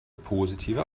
positive